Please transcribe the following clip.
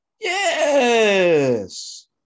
Yes